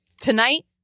tonight